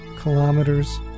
kilometers